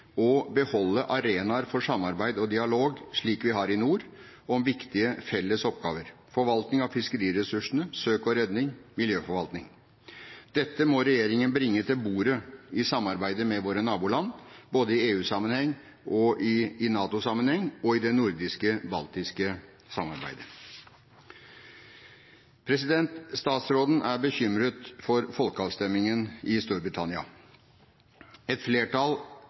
å beholde arenaer for samarbeid og dialog, slik vi har i nord, om viktige felles oppgaver: forvaltning av fiskeriressursene, søk og redning, miljøforvaltning. Dette må regjeringen bringe til bordet i samarbeidet med våre naboland, både i EU-sammenheng, i NATO-sammenheng og i det nordisk-baltiske samarbeidet. Statsråden er bekymret for folkeavstemningen i Storbritannia. Et flertall